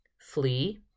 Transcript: flee